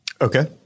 Okay